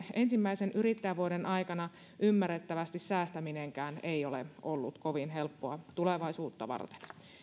ensimmäisen yrittäjävuoden aikana ymmärrettävästi säästäminenkään ei ole ollut kovin helppoa tulevaisuutta varten